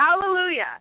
Hallelujah